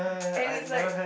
and is like